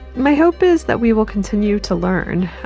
my hope is that we will continue to learn.